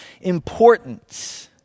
importance